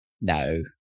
No